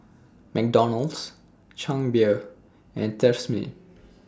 McDonald's Chang Beer and Tresemme